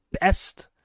best